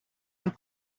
and